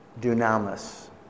dunamis